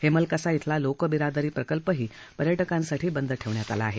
हेमल कसा धिला लोकबिरादरी प्रकल्पही पर्यटकांसाठी बंद ठेवण्यात आला आहे